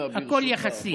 הכול יחסי.